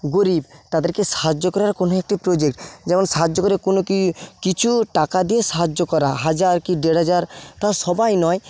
গরিব তাদেরকে সাহায্য করার কোনো একটি প্রোজেক্ট যেমন সাহায্য করে কোনো কি কিছু টাকা দিয়ে সাহায্য করা হাজার কি দেড় হাজার তা সবাই নয়